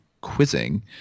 quizzing